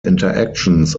interactions